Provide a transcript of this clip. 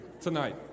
tonight